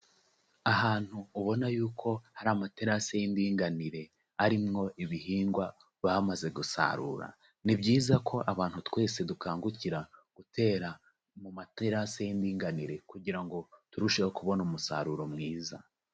Ahantu ubona yuko hari amaterasi y'indinganire arimo ibihingwa bamaze gusarura, ni byiza ko abantu twese dukangukira gutera mu materasi y’indinganire kugira ngo turusheho kubona umusaruro mwiza.